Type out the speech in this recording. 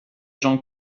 jean